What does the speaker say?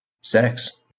sex